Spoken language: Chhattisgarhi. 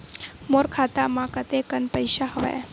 मोर खाता म कतेकन पईसा हवय?